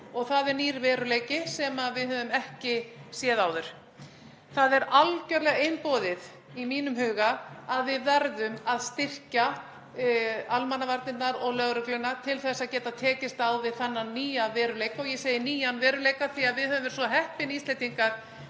Það er nýr veruleiki sem við höfum ekki séð áður. Það er algerlega einboðið í mínum huga að við verðum að styrkja almannavarnirnar og lögregluna til að geta tekist á við þennan nýja veruleika, og ég segi nýjan veruleika því að við höfum verið svo heppin, Íslendingar,